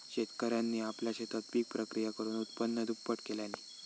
शेतकऱ्यांनी आपल्या शेतात पिक प्रक्रिया करुन उत्पन्न दुप्पट केल्यांनी